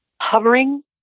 hovering